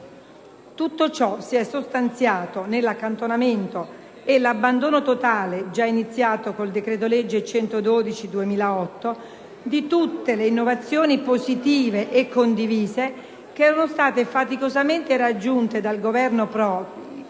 Tutto ciò si è sostanziato nell'accantonamento o l'abbandono totale, già iniziato con il decreto-legge n. 112 del 2008, di tutte le innovazioni positive e condivise che erano state faticosamente raggiunte dal Governo Prodi